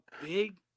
big